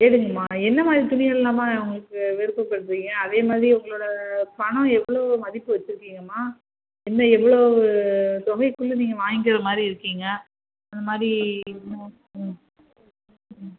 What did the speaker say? எதுங்கம்மா என்னமாதிரி துணியெல்லாம்மா உங்களுக்கு விருப்பப்படுவீங்க அதேமாதிரி உங்களோடய பணம் எவ்வளோ மதிப்பு வச்சுருக்கீங்கம்மா என்ன எவ்வளோ தொகைக்குள்ளே நீங்கள் வாங்கிற மாதிரி இருக்கீங்க அந்தமாதிரி ம் ம் ம்